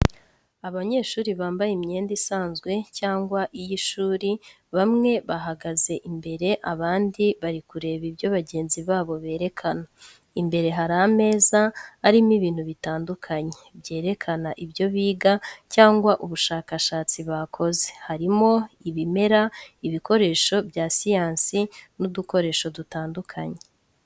Abanyeshuri bambaye imyenda isanzwe cyangwa iy’ishuri, bamwe bahagaze imbere, abandi bari kureba ibyo bagenzi babo berekana. Imbere hari ameza arimo ibintu bitandukanye byerekana ibyo biga cyangwa ubushakashatsi bakoze, harimo ibimera, ibikoresho bya siyansi n'udukoresho dutandukanye.